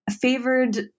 favored